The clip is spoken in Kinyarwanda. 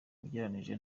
ugereranije